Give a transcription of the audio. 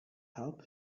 help